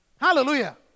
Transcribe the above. Hallelujah